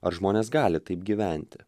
ar žmonės gali taip gyventi